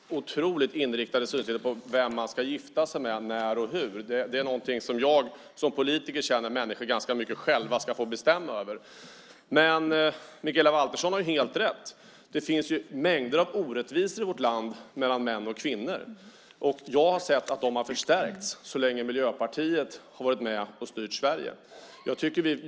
Fru talman! Jag har inte någon syn på vem man ska gifta sig med, när och hur. Det är något som jag som politiker känner att människor själva ska få bestämma över. Men Mikaela Valtersson har helt rätt i att det finns mängder med orättvisor mellan män och kvinnor i vårt land. Jag har sett att de har förstärkts så länge Miljöpartiet har varit med och styrt Sverige.